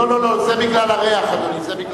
לא, לא, זה בגלל הריח, אדוני.